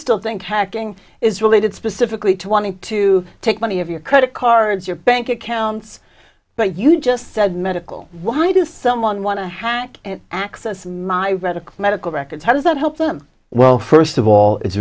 still think hacking is related specifically to wanting to take money of your credit cards your bank accounts but you just said medical why does someone want to hack access my radical medical records how does that help them well first of all it's